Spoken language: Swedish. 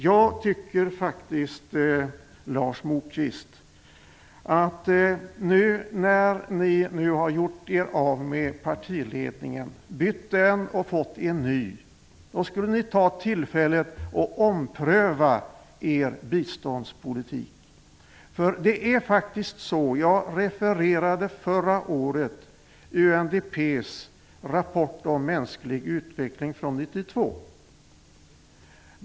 Jag tycker faktiskt, Lars Moquist, att ni när ni nu bytt er tidigare partiledning mot en ny skulle ompröva Ny demokratis biståndspolitik. Jag refererade förra året UNDP:s rapport om mänsklig utveckling från 1992.